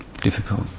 Difficult